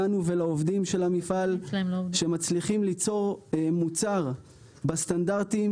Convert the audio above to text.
לנו ולעובדים של המפעל שמצליחים ליצור מוצר בסטנדרטים